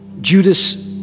Judas